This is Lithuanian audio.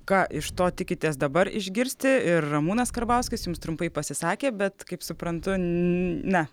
ką iš to tikitės dabar išgirsti ir ramūnas karbauskis jums trumpai pasisakė bet kaip suprantu ne